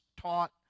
taught